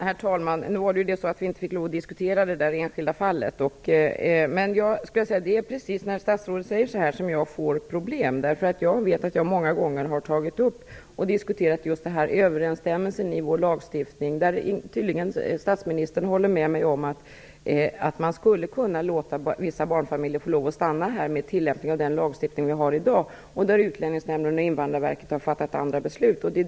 Herr talman! Vi fick ju inte lov att diskutera det enskilda fallet. Det är precis när statsrådet säger sådant som det han nu säger som jag får problem. Jag har nämligen många gånger diskuterat just överensstämmelsen i vår lagstiftning i det här avseendet. Statsministern håller tydligen med mig om att man med tillämpning av den lagstiftning som vi har i dag skulle kunna låta vissa barnfamiljer få lov att stanna här, medan Utlänningsnämnden och Invandrarverket har fattat andra beslut.